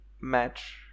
match